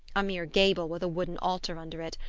a mere gable with a wooden altar under it,